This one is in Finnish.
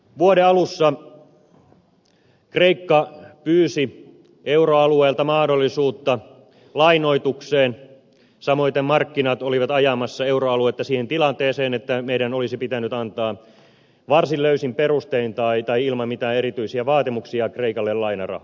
vuoden alussa kreikka pyysi euroalueelta mahdollisuutta lainoitukseen samoiten markkinat olivat ajamassa euroaluetta siihen tilanteeseen että meidän olisi pitänyt antaa varsin löysin perustein tai ilman mitään erityisiä vaatimuksia kreikalle lainarahaa